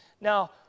now